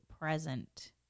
present